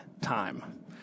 time